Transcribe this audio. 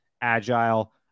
agile